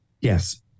Yes